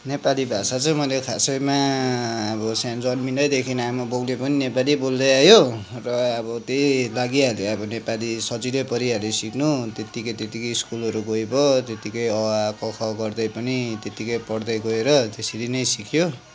नेपाली भाषा चाहिँ मैले खासैमा अब सानो जन्मिँदैदेखि आमा बाउले पनि नेपाली बोल्दै आयो र अब त्यही लागिहाल्यो अब नेपाली सजिलै परिहाल्यो सिक्नु त्यतिकै त्यतिकै स्कुलहरू गइ भयो त्यतिकै अ आ क ख गर्दै पनि त्यतिकै पढ्दै गएर त्यसरी नै सिक्यो